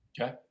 Okay